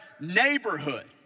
neighborhood